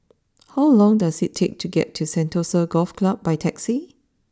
how long does it take to get to Sentosa Golf Club by taxi